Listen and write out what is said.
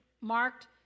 marked